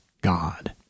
God